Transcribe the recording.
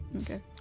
Okay